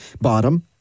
Bottom